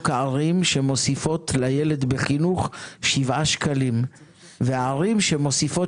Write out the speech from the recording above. ערים שמוסיפות לילד בחינוך שבעה שקלים וערים שמוסיפות